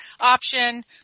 option